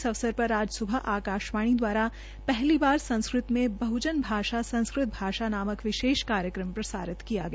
इस अवसर पर आज सुबह आकाशवाणी द्वारा पहली बार संस्कृत में बहुजन भाषा संस्कृत भाषा नाम विशेष कार्यक्रम प्रसारित किया गया